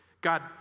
God